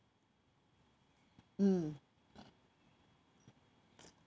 mm